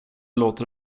låter